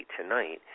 tonight